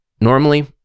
normally